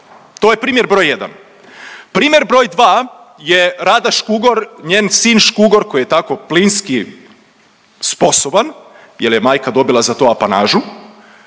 To je primjer broj jedan. Primjer broj dva je Rada Škugor njen sin Škugor koji je tako plinski sposoban jel je majka dobila za to apanažu